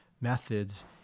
Methods